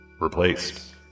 replaced